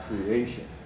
creation